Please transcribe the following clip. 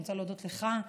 אני רוצה להודות לך,